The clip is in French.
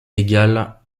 égales